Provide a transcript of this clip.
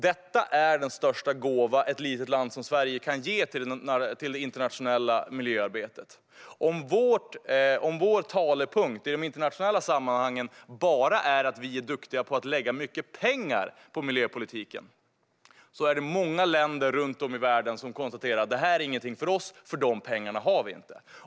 Detta är den största gåva som ett litet land som Sverige kan ge till det internationella miljöarbetet. Om vår talepunkt i de internationella sammanhangen bara är att vi är duktiga på att lägga mycket pengar på miljöpolitiken är det många länder runt om i världen som konstaterar: Det är ingenting för oss, för de pengarna har vi inte.